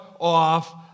off